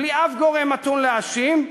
בלי אף גורם מתון להאשים.